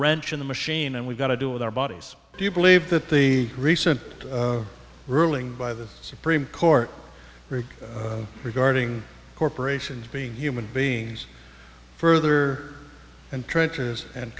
wrench in the machine and we've got to do with our bodies do you believe that the recent ruling by the supreme court regarding corporations being human beings further and trenches and